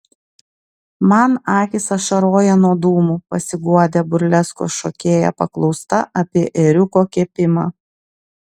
man akys ašaroja nuo dūmų pasiguodė burleskos šokėja paklausta apie ėriuko kepimą